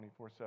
24-7